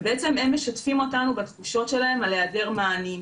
והם משתפים אותנו בתחושות שלנו על היעדר מענים,